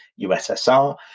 USSR